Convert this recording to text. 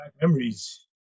Memories